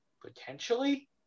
potentially